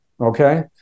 okay